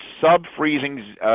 sub-freezing